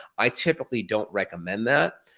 i typically don't recommend that.